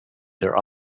their